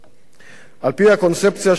על-פי הקונספציה של נתניהו,